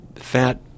Fat